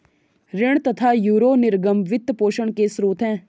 ऋण तथा यूरो निर्गम वित्त पोषण के स्रोत है